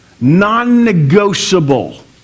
Non-negotiable